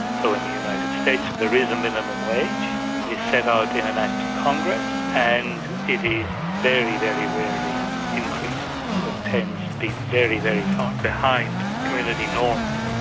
so in the united states there is a minimum wage, it is set out in an act of congress and it is very, very rarely increased. so it tends to be very, very far behind community norms.